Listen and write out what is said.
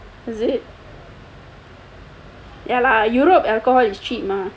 is it ya lah europe alcohol is cheap mah